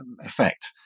effect